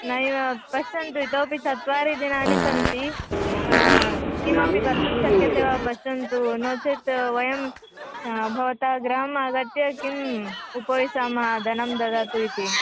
नैव पश्यन्तु इतोपि चत्वारि दिनानि सन्ति किमपि कर्तुं शक्यते वा पश्यन्तु नो चेत् वयं भवतः गृहम् आगत्य किम् उपविशामः धनं ददातु इति